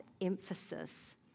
emphasis